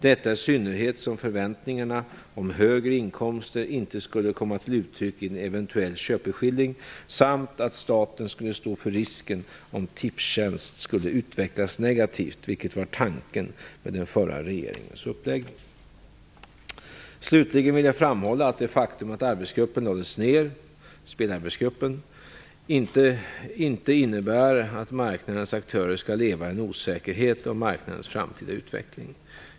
Detta i synnerhet som förväntningarna om högre inkomster inte skulle komma till uttryck i en eventuell köpeskilling samt att staten skulle stå för risken om Tipstjänst skulle utvecklas negativt, vilket var tanken med den förra regeringens uppläggning. Slutligen vill jag framhålla att det faktum att arbetsgruppen lades ner inte innebär att marknadens aktörer skall leva i en osäkerhet om marknadens framtida utveckling.